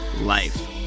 life